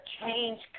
change